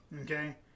Okay